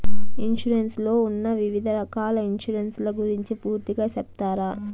Insurance లో ఉన్న వివిధ రకాల ఇన్సూరెన్సు ల గురించి పూర్తిగా సెప్తారా?